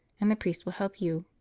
and the priest will help you.